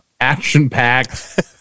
action-packed